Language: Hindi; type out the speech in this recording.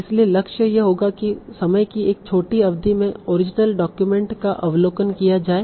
इसलिए लक्ष्य यह होगा कि समय की एक छोटी अवधि में ओरिजिनल डॉक्यूमेंट का अवलोकन किया जाए